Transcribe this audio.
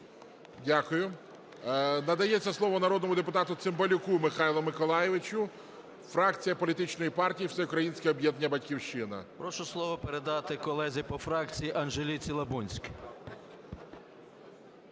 Дякую. Надається слово народному депутату Цимбалюку Михайлу Михайловичу, фракція політичної партії "Всеукраїнське об'єднання "Батьківщина". 17:33:49 ЦИМБАЛЮК М.М. Прошу слово передати колезі по фракції Анжеліці Лабунській.